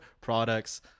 products